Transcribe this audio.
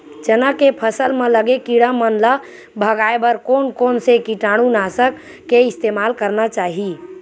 चना के फसल म लगे किड़ा मन ला भगाये बर कोन कोन से कीटानु नाशक के इस्तेमाल करना चाहि?